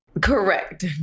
Correct